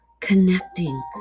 connecting